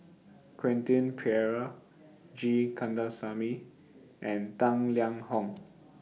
Quentin Pereira G Kandasamy and Tang Liang Hong